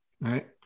right